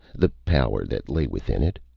the power that lay within it?